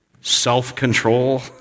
self-control